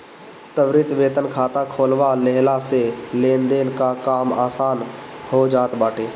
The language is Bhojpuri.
त्वरित वेतन खाता खोलवा लेहला से लेनदेन कअ काम आसान हो जात बाटे